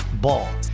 Ball